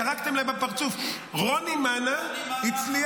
ירקתם להם בפרצוף." --- נתניהו --- רוני מאנה הצליח,